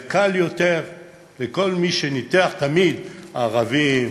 והיה קל יותר לכל מי שניתח תמיד: הערבים,